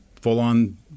full-on